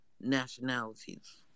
nationalities